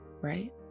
right